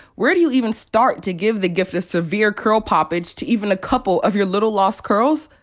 where do you even start to give the gift of severe curl poppage to even a couple of your little lost curls?